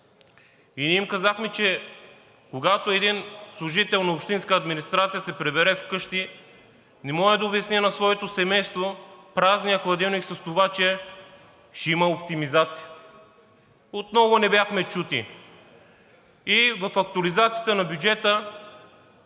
а ние им казахме, че когато един служител на общинската администрация се прибере вкъщи, не може да обясни на своето семейство празния хладилник с това, че ще има оптимизация. Отново не бяхме чути и в актуализацията на бюджета